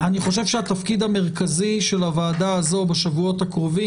אני חושב שהתפקיד המרכזי של הוועדה הזאת בשבועות הקרובים,